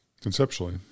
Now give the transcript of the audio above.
Conceptually